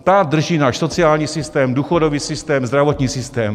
Ta drží náš sociální systém, důchodový systém, zdravotní systém.